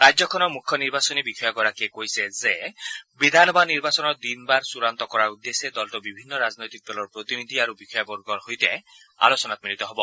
ৰাজ্যখনৰ মূখ্যনিৰ্বাচনী বিষয়াগৰাকীয়ে কৈছে যে বিধানসভা নিৰ্বাচনৰ দিন বাৰ চুড়ান্ত কৰাৰ উদ্দেশ্যে দলটো বিভিন্ন ৰাজনৈতিক দলৰ প্ৰতিনিধি আৰু বিষয়াসকলৰ সৈতে আলোচনাত মিলিত হ'ব